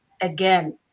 again